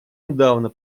недавно